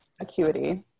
Acuity